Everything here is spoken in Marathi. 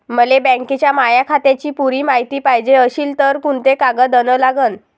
मले बँकेच्या माया खात्याची पुरी मायती पायजे अशील तर कुंते कागद अन लागन?